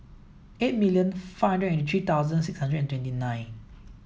eight million five hundred and eighty three thousand six hundred and twenty nine